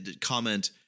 comment